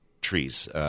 trees –